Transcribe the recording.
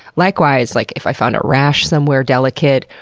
likewise, like if i found a rash somewhere delicate,